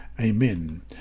Amen